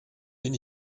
bin